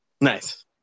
Nice